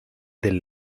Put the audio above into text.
del